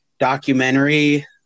documentary